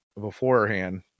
beforehand